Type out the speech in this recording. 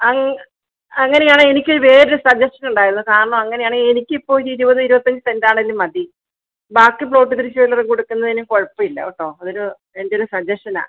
അങ്ങ അങ്ങനെയാണേൽ എനിക്ക് വേറൊരു സജ്ജസ്ഷൻ ഉണ്ടായിരുന്നു കാരണം അങ്ങനെയാണേൽ എനിക്കിപ്പോൾ ഒരു ഇരുപത്തഞ്ച് സെൻറ്റാണേലും മതി ബാക്കി പ്ലോട്ട് തിരിച്ചില്ലറ കൊടുക്കുന്നതിന് കുഴപ്പമില്ല കേട്ടോ അതൊരു എന്റെ ഒരു സജ്ജസ്ഷൻ ആണ്